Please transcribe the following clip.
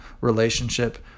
relationship